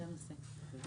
משרד הפנים